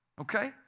Okay